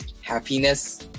happiness